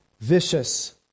vicious